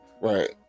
Right